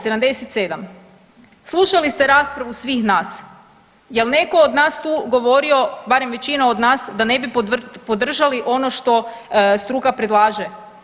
77, slušali ste raspravu svih nas, jel neko od nas tu govorio barem većina od nas da ne bi podržali ono što struka predlaže?